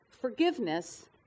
Forgiveness